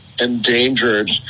endangered